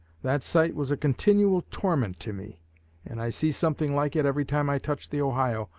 that sight was a continual torment to me and i see something like it every time i touch the ohio,